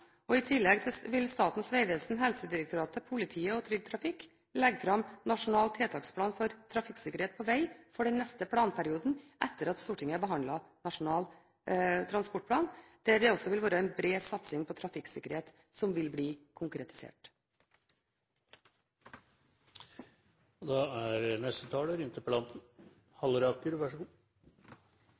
I tillegg vil Statens vegvesen, Helsedirektoratet, politiet og Trygg Trafikk legge fram Nasjonal tiltaksplan for trafikksikkerhet på veg for den neste planperioden etter at Stortinget har behandlet Nasjonal transportplan, der det også vil være en bred satsing på trafikksikkerhet, som vil bli konkretisert.